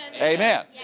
Amen